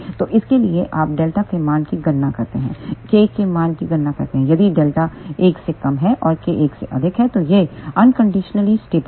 तो इसके लिए आप Δ के मान की गणना करते हैं K के मान की गणना करते हैं यदि Δ 1 से कम है और k 1 से अधिक है तो यह अनकंडीशनली स्टेबल है